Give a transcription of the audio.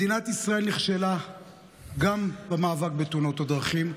מדינת ישראל נכשלה גם במאבק בתאונות הדרכים.